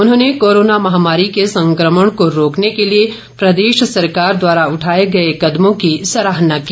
उन्होंने कोरोना महामारी के संक्रमण को रोकने के लिए प्रदेश सरकार द्वारा उठाए गए कदमों की सराहना की